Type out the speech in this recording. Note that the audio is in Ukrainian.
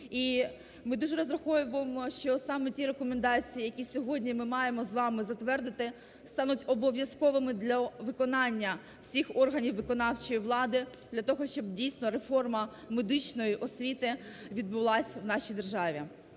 ми дуже розраховуємо, що саме ті рекомендації, які сьогодні ми маємо з вами затвердити, стануть обов'язковими для виконання всіх органів виконавчої влади для того, щоб дійсно реформа медичної освіти відбулася в нашій державі.